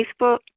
Facebook